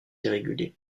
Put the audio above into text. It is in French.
irrégulier